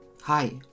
Hi